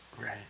Right